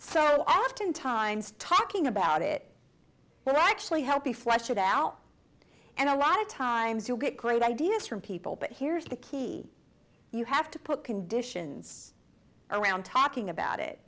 so often times talking about it will actually help be flushed out and a lot of times you'll get great ideas from people but here's the key you have to put conditions around talking about it